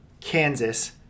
Kansas